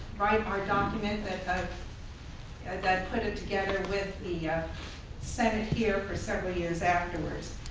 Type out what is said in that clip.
write our document that ah that put it together with the senate here for several years afterwards.